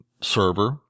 server